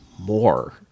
more